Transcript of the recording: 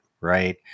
right